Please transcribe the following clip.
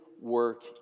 work